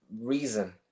reason